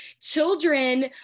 children